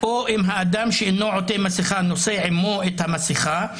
או אם האדם שאינו עוטה מסיכה נושא עמו את המסכה,